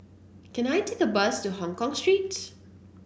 can I take a bus to Hongkong Street